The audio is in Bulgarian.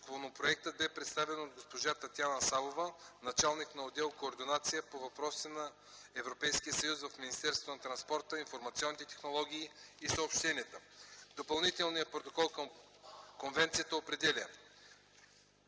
Законопроектът бе представен от госпожа Татяна Савова – началник на отдел „Координация по въпросите на Европейския съюз” в Министерството на транспорта, информационните технологии и съобщенията. Допълнителният протокол към Конвенцията определя: